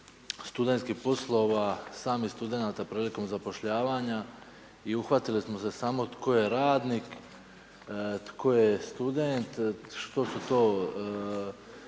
studentskih poslova samih studenata prilikom zapošljavanja i uhvatili smo se samo tko je radnik, tko je student, što je to rad,